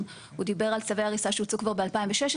פה הם צווי הריסה שהוצאו כבר בשנת 2016,